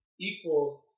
equals